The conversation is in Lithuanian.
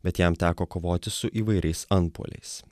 bet jam teko kovoti su įvairiais antpuoliais